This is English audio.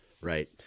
Right